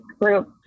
group